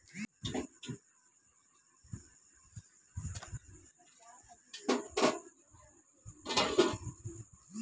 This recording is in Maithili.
कलमी मे किछ खास सुरक्षा देल जाइ छै